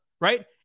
right